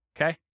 okay